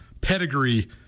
pedigree